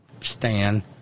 Stan